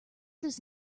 does